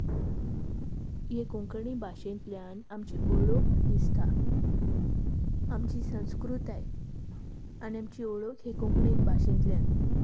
हे कोंकणी भाशेंतल्यान आमची ओळख दिसता आमची संस्कृताय आनी आमची ओळख ही कोंकणीन भाशेंतल्यान